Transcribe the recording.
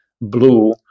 blue